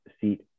seat